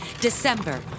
December